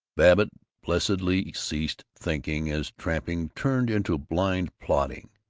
babbitt blessedly ceased thinking as tramping turned into blind plodding.